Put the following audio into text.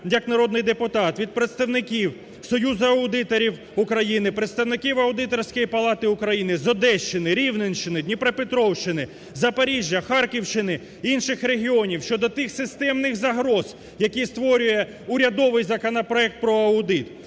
як народний депутат від представників Союзу аудиторів України, представників Аудиторської палати України з Одещини, Рівненщини, Дніпропетровщини, Запоріжжя, Харківщини, інших регіонів щодо тих системних загроз, які створює урядовий законопроект про аудит.